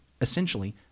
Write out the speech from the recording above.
essentially